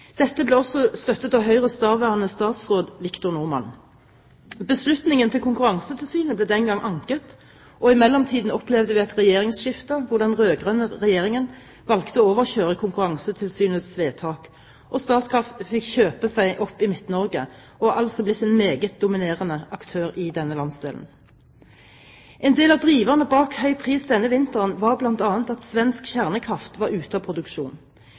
Dette ble også støttet av Høyres daværende statsråd Victor Norman. Beslutningen til Konkurransetilsynet ble den gang anket, og i mellomtiden opplevde vi et regjeringsskifte, hvor den rød-grønne regjeringen valgte å overkjøre Konkurransetilsynets vedtak. Statkraft fikk kjøpe seg opp i Midt-Norge og er altså blitt en meget dominerende aktør i denne landsdelen. En del av driverne bak høy pris denne vinteren var bl.a. at svensk kjernekraft var ute av produksjon.